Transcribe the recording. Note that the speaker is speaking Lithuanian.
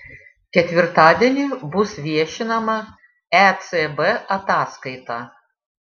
ketvirtadienį bus viešinama ecb ataskaita